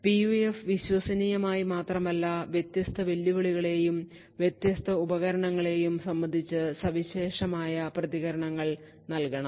PUF വിശ്വസനീയമായി മാത്രമല്ല വ്യത്യസ്ത വെല്ലുവിളികളെയും വ്യത്യസ്ത ഉപകരണങ്ങളെയും സംബന്ധിച്ച് സവിശേഷമായ പ്രതികരണങ്ങൾ നൽകണം